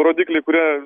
rodikliai kurie